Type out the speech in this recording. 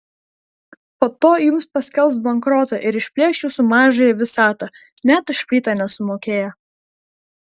po to jums paskelbs bankrotą ir išplėš jūsų mažąją visatą net už plytą nesumokėję